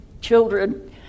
children